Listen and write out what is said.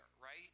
right